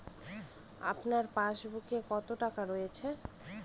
আপনার পাসবুকে কত টাকা রয়েছে?